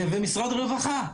ומשרד רווחה,